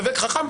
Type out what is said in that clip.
רוצה.